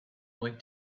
going